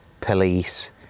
police